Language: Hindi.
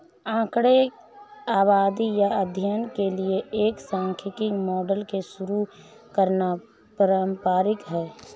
आंकड़े आबादी या अध्ययन के लिए एक सांख्यिकी मॉडल के साथ शुरू करना पारंपरिक है